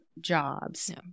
jobs